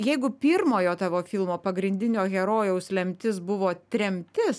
jeigu pirmojo tavo filmo pagrindinio herojaus lemtis buvo tremtis